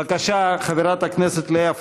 בבקשה, חברת הכנסת לאה פדידה.